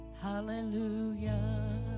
Hallelujah